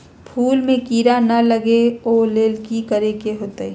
फूल में किरा ना लगे ओ लेल कि करे के होतई?